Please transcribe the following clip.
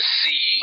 see